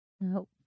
Nope